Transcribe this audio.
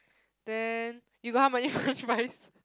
then you got how many farm rice